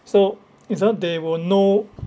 so it's uh they will know